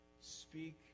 Speak